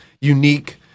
unique